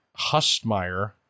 Hustmeyer